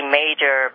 major